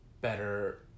better